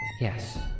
Yes